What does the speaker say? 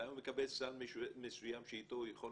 אלא הוא מקבל סל מסוים שאיתו הוא יכול